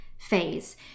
phase